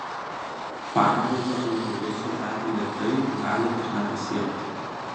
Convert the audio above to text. panevėžio autobusų e bilietai gali ir nepasiekti